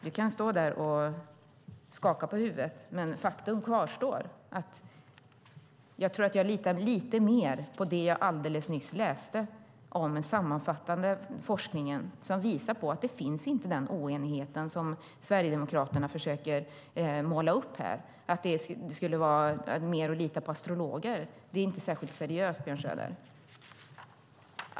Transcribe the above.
Du kan stå där och skaka på huvudet, men faktum kvarstår. Jag tror att jag litar lite mer på det som jag alldeles nyss läste upp om den sammanfattande forskningen, som visar att den oenighet som Sverigedemokraterna försöker måla upp inte finns. Det skulle vara som att lita på astrologer. Det där är inte särskilt seriöst, Björn Söder.